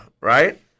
right